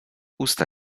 usta